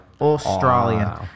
Australian